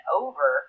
over